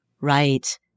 Right